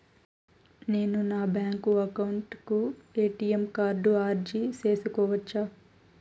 నేను నా bank account కు ఎ.టి.ఎం కార్డు అర్జీ సేసుకోవచ్చా?